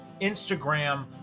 Instagram